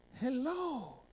Hello